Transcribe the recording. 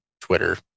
Twitter